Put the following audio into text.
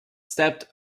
stepped